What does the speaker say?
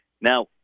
Now